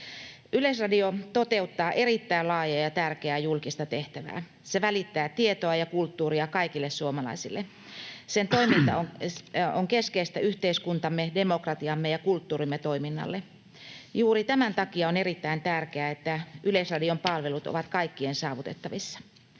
Yleisradio toteuttaa erittäin laajaa ja tärkeää julkista tehtävää. Se välittää tietoa ja kulttuuria kaikille suomalaisille. Sen toiminta on keskeistä yhteiskuntamme, demokratiamme ja kulttuurimme toiminnalle. Juuri tämän takia on erittäin tärkeää, että Yleisradion palvelut ovat kaikkien saavutettavissa.